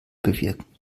bewirken